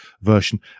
version